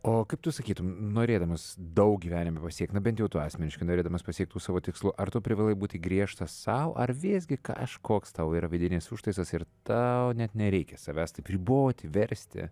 o kaip tu sakytum norėdamas daug gyvenime pasiekt na bent jau tu asmeniškai norėdamas pasiekt tų savo tikslo ar tu privalai būti griežtas sau ar visgi kažkoks tau yra vidinis užtaisas ir tau net nereikia savęs taip riboti versti